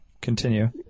Continue